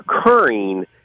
occurring